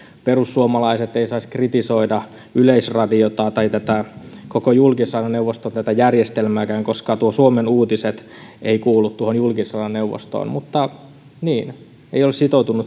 perussuomalaiset eivät saisi kritisoida yleisradiota tai tätä koko julkisen sanan neuvoston järjestelmääkään koska suomen uutiset ei kuulu tuohon julkisen sanan neuvostoon niin ei ole siis sitoutunut